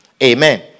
Amen